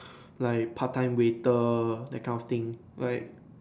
like part time waiter that kind of thing right